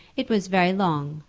it was very long,